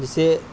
जैसे